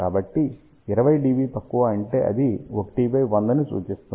కాబట్టి 20 dB తక్కువ అంటే అది 1100 ని సూచిస్తుంది